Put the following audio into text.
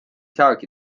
saagi